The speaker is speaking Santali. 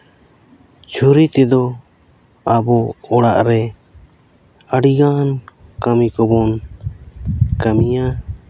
ᱪᱷᱩᱨᱤ ᱛᱮᱫᱚ ᱟᱵᱚ ᱚᱲᱟᱜ ᱨᱮ ᱟᱹᱰᱤ ᱜᱟᱱ ᱠᱟᱹᱢᱤ ᱠᱚᱵᱚᱱ ᱠᱟᱹᱢᱤᱭᱟ